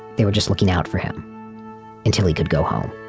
they were just looking out for him until he could go home